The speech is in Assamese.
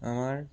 আমাৰ